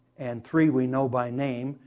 and three we know by name,